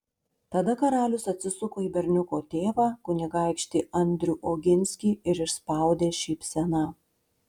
tada karalius atsisuko į berniuko tėvą kunigaikštį andrių oginskį ir išspaudė šypseną